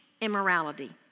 immorality